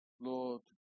Lord